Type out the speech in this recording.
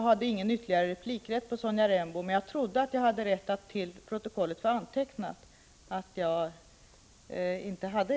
Herr talman!